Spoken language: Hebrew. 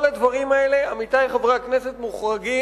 כל הדברים האלה, עמיתי חברי הכנסת, מוחרגים,